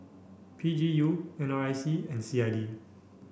P G U N R I C and C I D